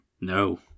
No